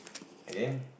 again